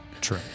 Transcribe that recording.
True